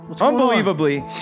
Unbelievably